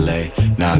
Now